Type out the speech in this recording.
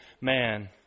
man